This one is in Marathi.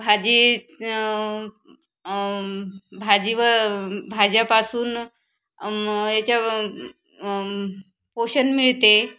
भाजी भाजीवर भाज्यापासून याच्या पोषण मिळते